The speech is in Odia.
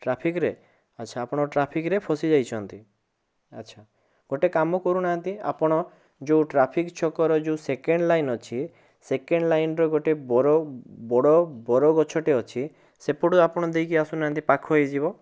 ଟ୍ରାଫିକ୍ରେ ଆଚ୍ଛା ଆପଣ ଟ୍ରାଫିକ୍ରେ ଫସିଯାଇଛନ୍ତି ଆଚ୍ଛା ଗୋଟେ କାମ କରୁନାହାନ୍ତି ଆପଣ ଯେଉଁ ଟ୍ରାଫିକ୍ ଛକର ଯେଉଁ ସେକେଣ୍ଡ ଲାଇନ୍ ଅଛି ସେକେଣ୍ଡ ଲାଇନ୍ରେ ଗୋଟେ ବଡ଼ ବଡ଼ ବରଗଛଟେ ଅଛି ସେପଟୁ ଆପଣ ଦେଇକି ଆସୁନାହାନ୍ତି ପାଖ ହେଇଯିବ